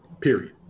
period